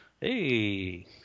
Hey